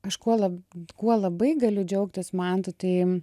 aš kuo kuo labai galiu džiaugtis mantu tai